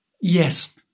Yes